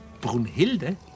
Brunhilde